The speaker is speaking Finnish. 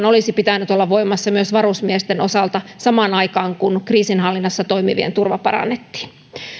olisi pitänyt olla voimassa myös varusmiesten osalta samaan aikaan kun kriisinhallinnassa toimivien turva parannettiin